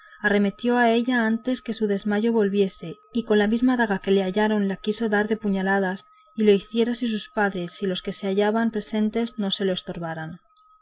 arremetió a ella antes que de su desmayo volviese y con la misma daga que le hallaron la quiso dar de puñaladas y lo hiciera si sus padres y los que se hallaron presentes no se lo